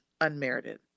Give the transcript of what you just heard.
unmerited